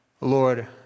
Lord